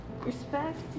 respect